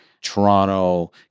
Toronto